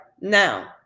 Now